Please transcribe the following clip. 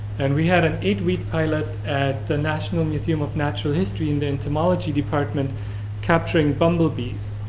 and we had an eight week pilot at the national museum of natural history in the entomology department capturing bumble bees.